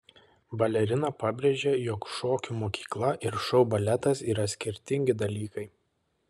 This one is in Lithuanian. balerina pabrėžė jog šokių mokykla ir šou baletas yra skirtingi dalykai